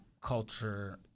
culture